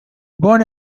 born